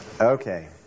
okay